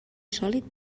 sòlid